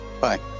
Bye